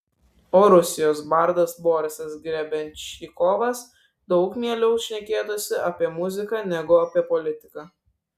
o rusijos bardas borisas grebenščikovas daug mieliau šnekėtųsi apie muziką negu apie politiką